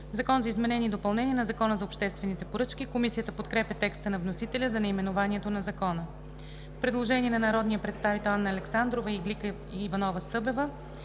„Закон за изменение и допълнение на Закона за обществените поръчки“.“ Комисията подкрепя текста на вносителя за наименованието на Закона. Предложение на народните представители Анна Александрова и Иглика Иванова-Събева.